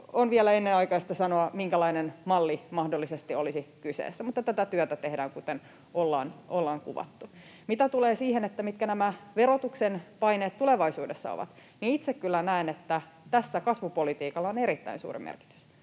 on vielä ennenaikaista sanoa, minkälainen malli mahdollisesti olisi kyseessä. Tätä työtä tehdään, kuten ollaan kuvattu. Mitä tulee siihen, mitkä nämä verotuksen paineet tulevaisuudessa ovat, niin itse kyllä näen, että tässä kasvupolitiikalla on erittäin suuri merkitys.